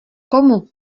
komu